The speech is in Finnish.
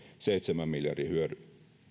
seitsemän miljardin hyödyn